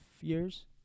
years